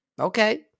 Okay